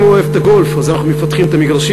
אם הוא אוהב גולף אז אנחנו מפתחים את המגרשים,